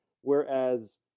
whereas